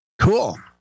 Cool